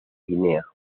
guinea